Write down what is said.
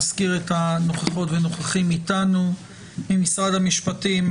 נבקש מכן להציג את עמדת הממשלה ביחס להסדר הראוי והמתאים לנושא הקטינים.